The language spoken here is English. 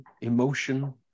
emotion